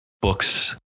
books